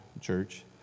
church